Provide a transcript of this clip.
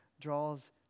draws